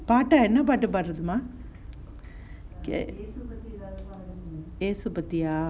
பாட்டா என்ன பாட்டு மா பாடறது இயேசு பத்தியா:paatta enna paattu maa paadarathu yesu pathiyaa